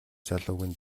залуугийн